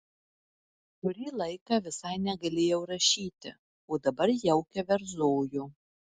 kurį laiką visai negalėjau rašyti o dabar jau keverzoju